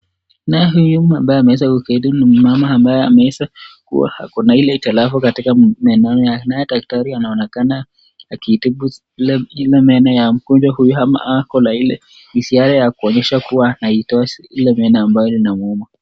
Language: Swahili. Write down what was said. Naye huyu ambaye ameketi ni mama huyu ambaye ameweza kuwa ako na ile hitilafu katika meno yake. Naye daktari anaonekana akitibu ile meno ya mgonjwa huyu ama ako na ile ishara ya kuonyesha kuwa anaitoa ile meno ambayo inamuuma.